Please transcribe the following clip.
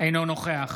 אינו נוכח